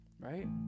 right